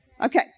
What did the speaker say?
Okay